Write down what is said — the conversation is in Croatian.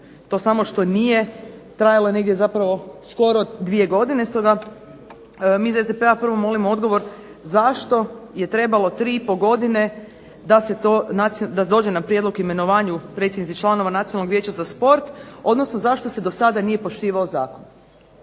to samo što nije, trajalo je negdje dvije godine, stoga mi iz SDP-a prvo tražimo odgovor zašto je trebalo tri i pol godine da se to, da dođe na prijedlog imenovanje predsjednika i članova Nacionalnog vijeća za sport odnosno zašto se do sada nije poštivao Zakon.